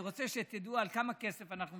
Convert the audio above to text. אני רוצה שתדעו על כמה כסף אנחנו מדברים,